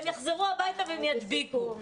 הם יחזרו הביתה והם ידביקו.